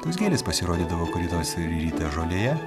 tos gėlės pasirodydavo kurį nors rytą žolėje